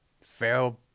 Pharaoh